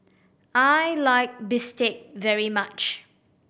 I like bistake very much